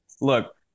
Look